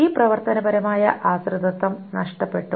ഈ പ്രവർത്തനപരമായ ആശ്രിതത്വം നഷ്ടപ്പെട്ടു